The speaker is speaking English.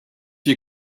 you